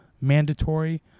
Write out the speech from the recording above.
mandatory